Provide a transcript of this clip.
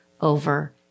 over